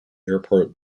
airport